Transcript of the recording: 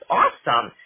awesome